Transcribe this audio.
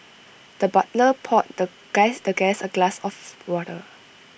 the butler poured the the guest A glass of water